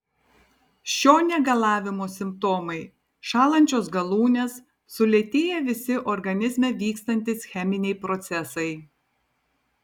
šio negalavimo simptomai šąlančios galūnės sulėtėję visi organizme vykstantys cheminiai procesai